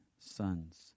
sons